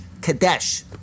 Kadesh